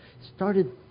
started